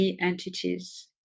entities